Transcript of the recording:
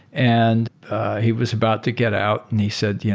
and he was about to get out and he said, yeah